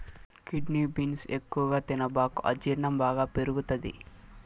kidney beans ఎక్కువగా తినబాకు అజీర్ణం బాగా పెరుగుతది